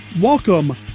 Welcome